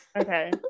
Okay